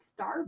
Starbucks